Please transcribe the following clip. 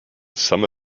some